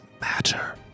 matter